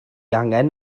angen